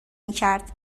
میکرد